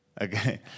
Okay